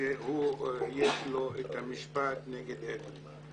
שיש לו משפט נגד אדרי.